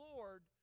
Lord